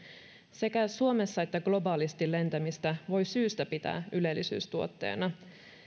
sekä suomessa että globaalisti lentämistä voi syystä pitää ylellisyystuotteena